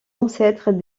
ancêtres